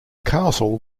castle